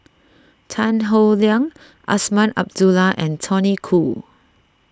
Tan Howe Liang Azman Abdullah and Tony Khoo